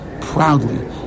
proudly